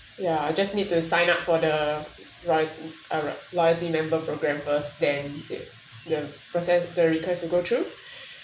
ya I just need to sign up for the loyal uh loyalty member programme first then it the process the request will go through